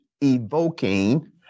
evoking